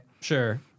Sure